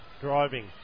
driving